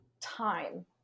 time